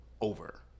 over